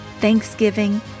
thanksgiving